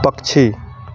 पक्षी